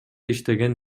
иштеген